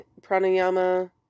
Pranayama